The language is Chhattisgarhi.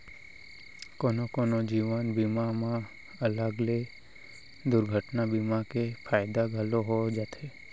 कोनो कोनो जीवन बीमा म अलग ले दुरघटना बीमा के फायदा घलौ हो जाथे